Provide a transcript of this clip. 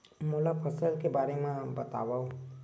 मोला फसल के बारे म बतावव?